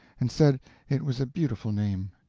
and said it was a beautiful name.